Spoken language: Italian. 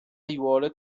aiuole